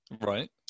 Right